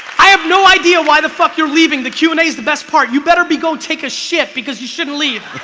i have no idea why the fuck you're leaving the q and a is the best part you better be going to take a shit because you shouldn't leave